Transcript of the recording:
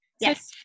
Yes